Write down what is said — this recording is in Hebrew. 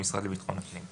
במשרד לביטחון הפנים.